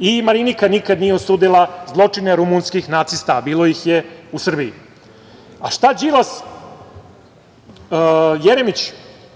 i Marinika nikad nije osudila zločine rumunskih nacista, a bilo ih je u Srbiji. Šta Đilas, Jeremić